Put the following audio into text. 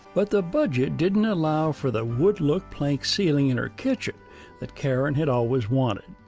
but the budget didn't allow for the wood-look plank ceiling in her kitchen that karen had always wanted.